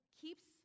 keeps